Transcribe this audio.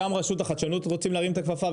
גם רשות החדשנות רוצים להרים את הכפפה,